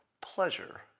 pleasure